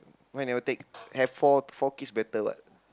why never take have four four kids better what